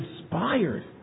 inspired